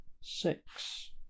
six